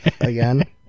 again